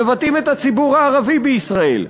מבטאים את הציבור הערבי בישראל.